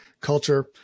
culture